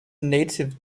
native